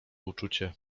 uczucie